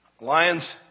lions